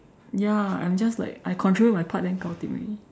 ya I'm just like I control my part then gao tim already